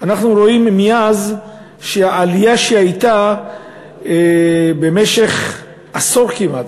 אנחנו רואים מאז שהעלייה שעלתה במשך עשור כמעט,